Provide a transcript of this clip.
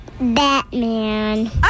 Batman